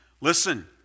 Listen